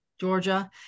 Georgia